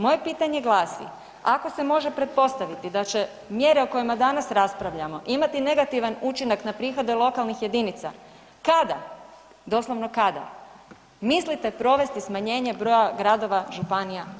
Moje pitanje glasi, ako se može pretpostaviti da će mjere o kojima danas raspravljamo imati negativan učinak na prihode lokalnih jedinica kada, doslovno kada mislite provesti smanjenje broja gradova, županija,